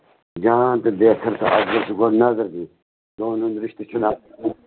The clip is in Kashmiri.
جان تہٕ بہتر تہٕ اَفضل گۄڈٕ گوٚو نَظر دِنۍ نوٚو نوٚو رِشتہٕ چھُنہٕ